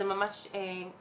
זה היה ממש א-פוליטי,